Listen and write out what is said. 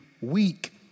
weak